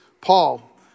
Paul